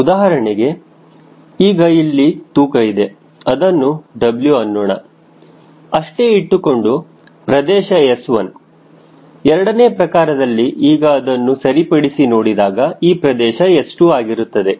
ಉದಾಹರಣೆಗೆ ಈಗ ಇಲ್ಲಿ ತೂಕ ಇದೆ ಅದನ್ನು W ಅನ್ನೋಣ ಅಷ್ಟೇ ಇಟ್ಟುಕೊಂಡು ಪ್ರದೇಶ S1 ಎರಡನೇ ಪ್ರಕಾರದಲ್ಲಿ ಅನ್ನೋಣ ಈಗ ಅದನ್ನು ಸರಿಪಡಿಸಿ ನೋಡಿದಾಗ ಈ ಪ್ರದೇಶ S2 ಆಗಿರುತ್ತದೆ